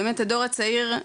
באמת הדור הצעיר,